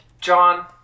John